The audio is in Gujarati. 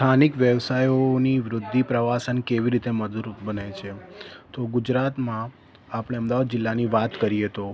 સ્થાનિક વ્યવસાયોની વૃધ્ધિ પ્રવાસન કેવી રીતે મદદરૂપ બને છે તો ગુજરાતમાં આપણે અમદાવાદ જિલ્લાની વાત કરીએ તો